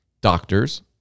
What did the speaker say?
doctors